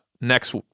next